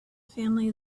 family